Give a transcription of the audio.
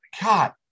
God